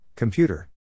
Computer